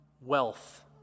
wealth